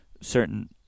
certain